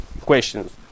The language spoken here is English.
questions